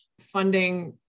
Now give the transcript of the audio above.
funding